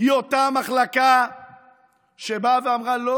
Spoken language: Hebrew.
היא אותה מחלקה שבאה ואמרה: לא,